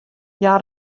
hja